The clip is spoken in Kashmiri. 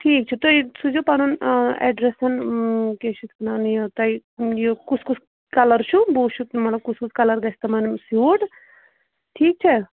ٹھیٖک چھُ تُہۍ سوٗزِو پَنُن ایٚڈرَس کیٛاہ چھِ اَتھ وَنان یہِ تۄہہِ یہِ کُس کُس کَلَر چھُ بہٕ وُچھٕ مطلب کُس کُس کَلَر گژھِ تِمَن سیوٗٹ ٹھیٖک چھا